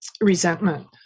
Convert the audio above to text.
resentment